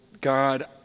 God